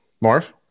Marv